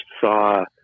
saw